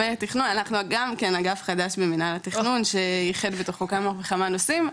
אנחנו גם כן אגף חדש במינהל התכנון שאיחד בתוכו כמה וכמה נושאים,